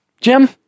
Jim